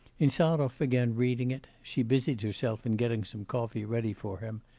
insarov began reading it she busied herself in getting some coffee ready for him.